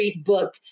book